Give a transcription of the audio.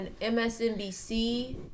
msnbc